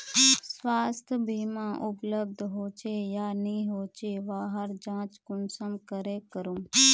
स्वास्थ्य बीमा उपलब्ध होचे या नी होचे वहार जाँच कुंसम करे करूम?